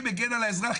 כמגן על האזרח,